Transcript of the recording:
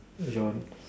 yawn